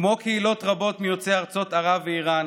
כמו קהילות רבות מיוצאי ארצות ערב ואיראן,